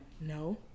No